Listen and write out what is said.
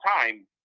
time